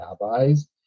rabbis